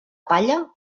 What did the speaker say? palla